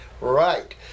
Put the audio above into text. Right